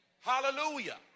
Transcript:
Hallelujah